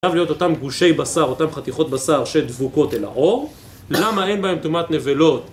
צריך להיות אותם גושי בשר, אותם חתיכות בשר שדבוקות אל העור, למה אין בהם תומת נבלות?